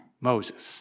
Moses